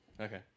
Okay